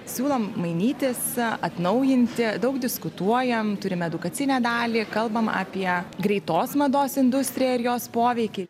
siūlom mainytis atnaujinti daug diskutuojam turime edukacinę dalį kalbam apie greitos mados industriją ir jos poveikį